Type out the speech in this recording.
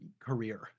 career